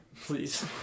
please